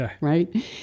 right